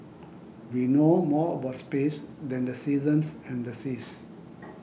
we know more about space than the seasons and the seas